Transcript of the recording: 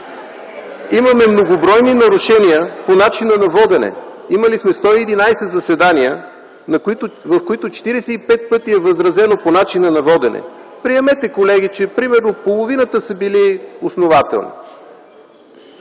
Имаме многобройни нарушения по начина на водене. Имали сме 111 заседания, в които 45 пъти е възразено по начина на водене. Колеги, приемете, че примерно половината са били основателни.